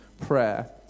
prayer